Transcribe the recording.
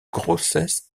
grossesse